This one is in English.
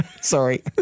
Sorry